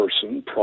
person